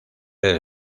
del